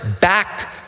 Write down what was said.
back